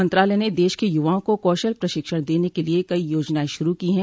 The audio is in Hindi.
मंत्रालय ने देश के युवाओं को कौशल प्रशिक्षण देने के लिए कई योजनाएं शुरू की हैं